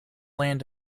land